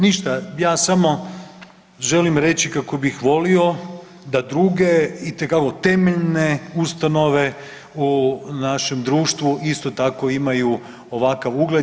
Ništa, ja samo želim reći kako bih volio da druge itekako temeljne ustanove u našem društvu isto tako imaju ovakav ugled.